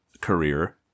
career